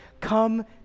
Come